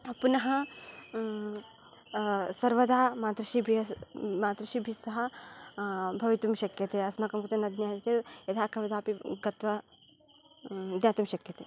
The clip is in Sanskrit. हा पुनः सर्वदा मातृश्रीभ्यः मातृश्रीभिः सह भवितुं शक्यते अस्माकं कृते न ज्ञायते चेत् यदाकदापि गत्वा ज्ञातुं शक्यते